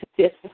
Yes